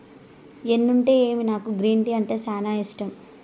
ఎన్నుంటేమి నాకు green tea అంటే సానా ఇష్టం